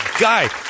Guy